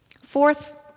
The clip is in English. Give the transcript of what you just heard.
Fourth